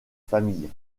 familles